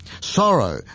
sorrow